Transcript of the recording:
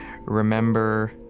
remember